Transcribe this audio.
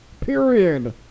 Period